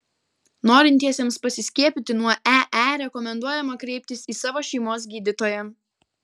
norintiesiems pasiskiepyti nuo ee rekomenduojama kreiptis į savo šeimos gydytoją